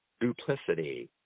duplicity